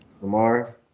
Lamar